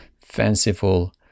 fanciful